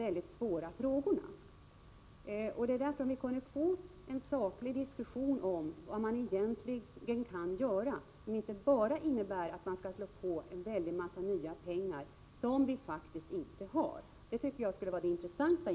Det intressanta med en sådan här debatt vore om vi kunde få en saklig diskussion om vad man egentligen kan göra, som inte bara innebär att man skall anslå en massa nya pengar som vi faktiskt inte har.